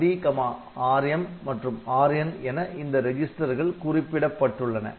Rd Rm மற்றும் Rn என இந்த ரிஜிஸ்டர்கள் குறிப்பிடப்பட்டுள்ளன